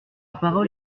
parole